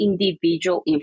individual